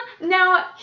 Now